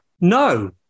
No